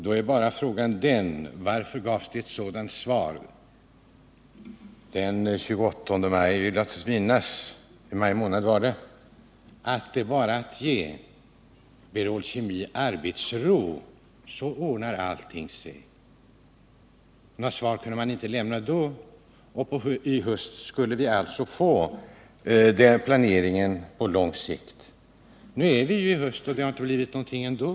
Då är bara frågan: Varför gavs det ett sådant svar i maj månad, den 28 vill jag minnas att det var, att det bara var att ge Berol Kemi arbetsro så skulle allt ordna sig? Något annat svar kunde man inte lämna då, och i höst skulle vi alltså få en planering på | lång sikt. Nu är det höst, och det har inte blivit någonting ändå.